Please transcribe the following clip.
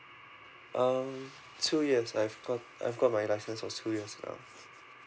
um so yes I've got I've got my licence for two years now